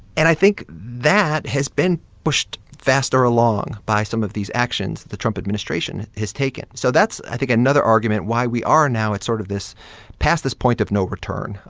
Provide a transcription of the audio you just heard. and i think that has been pushed faster along by some of these actions the trump administration has taken. so that's, i think, another argument why we are now at sort of this past this point of no return,